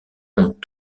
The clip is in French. ont